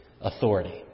authority